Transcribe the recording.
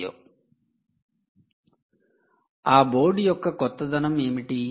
ఆ బోర్డు యొక్క కొత్తదనం ఏమిటి